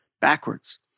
backwards